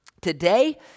today